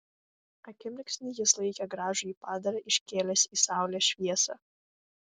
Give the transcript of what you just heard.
akimirksnį jis laikė gražųjį padarą iškėlęs į saulės šviesą